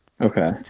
okay